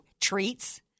treats